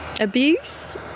Abuse